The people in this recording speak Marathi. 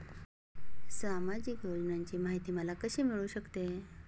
सामाजिक योजनांची माहिती मला कशी मिळू शकते?